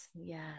yes